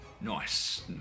Nice